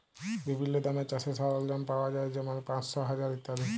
বিভিল্ল্য দামে চাষের সরল্জাম পাউয়া যায় যেমল পাঁশশ, হাজার ইত্যাদি